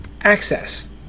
access